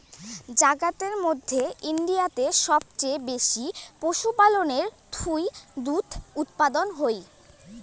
জাগাতের মধ্যে ইন্ডিয়াতে সবচেয়ে বেশি পশুপালনের থুই দুধ উপাদান হই